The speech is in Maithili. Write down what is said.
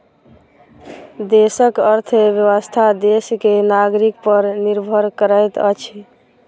देशक अर्थव्यवस्था देश के नागरिक पर निर्भर करैत अछि